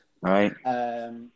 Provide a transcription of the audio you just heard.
right